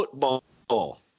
football